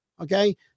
Okay